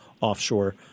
offshore